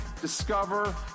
discover